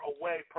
away